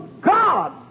God